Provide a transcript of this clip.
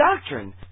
doctrine